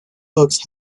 books